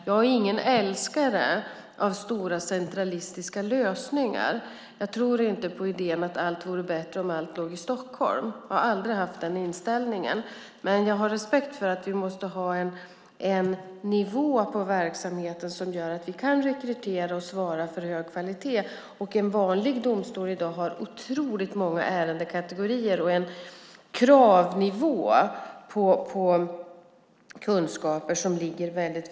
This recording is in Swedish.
Jag är ingen älskare av stora centralistiska lösningar. Jag tror inte på idén att allt vore bättre om allt låg i Stockholm. Jag har aldrig haft den inställningen. Men jag har respekt för att vi måste ha en nivå på verksamheten som gör att vi kan rekrytera och svara för hög kvalitet. En vanlig domstol i dag har otroligt många ärendekategorier och en kravnivå på kunskaper som ligger högt.